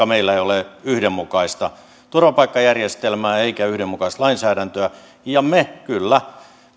meillä ei ole yhdenmukaista turvapaikkajärjestelmää eikä yhdenmukaista lainsäädäntöä ja kyllä